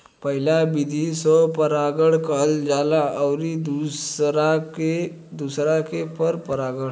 पहिला विधि स्व परागण कहल जाला अउरी दुसरका के पर परागण